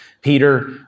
Peter